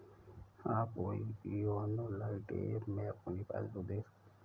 आप YONO lite app में अपनी पासबुक देख सकते हैं